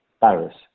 Paris